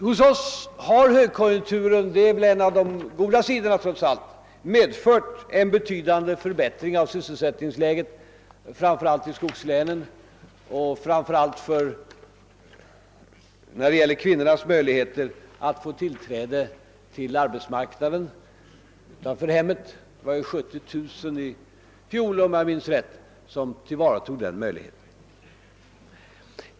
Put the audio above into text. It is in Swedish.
Hos oss har högkonjunkturen — det är väl en av de goda sidorna trots allt — medfört en betydande förbättring av sysselsättningsläget, framför allt i skogslänen och när det gäller kvinnornas möjligheter att få tillträde till arbetsmarknaden utanför hemmei. I fjol var det ju 70 000, om jag minns rätt, som tillvaratog dessa möjligheter.